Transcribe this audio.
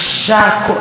הדם שלה